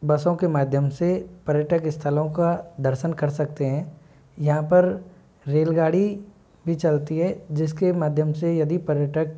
बसों के माध्यम से पर्यटक स्थलों का दर्शन कर सकते हैं यहाँ पर रेलगाड़ी भी चलती है जिसके माध्यम से यदि पर्यटक